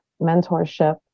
mentorship